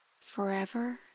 forever